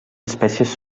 espècies